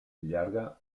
llarga